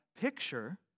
picture